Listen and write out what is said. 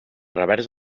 revers